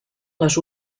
les